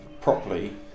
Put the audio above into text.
properly